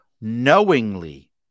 knowingly